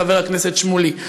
חבר הכנסת שמולי,